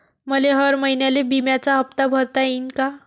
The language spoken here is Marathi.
मले हर महिन्याले बिम्याचा हप्ता भरता येईन का?